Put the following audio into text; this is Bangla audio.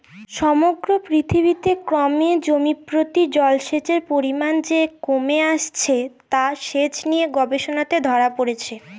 সমগ্র পৃথিবীতে ক্রমে জমিপ্রতি জলসেচের পরিমান যে কমে আসছে তা সেচ নিয়ে গবেষণাতে ধরা পড়েছে